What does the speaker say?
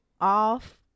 off